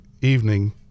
evening